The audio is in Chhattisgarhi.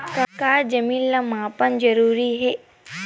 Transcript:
का जमीन ला मापना जरूरी हे?